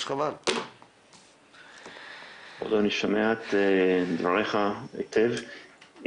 אני שומע את דבריך היטב,